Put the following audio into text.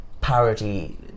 parody